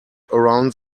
around